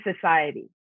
society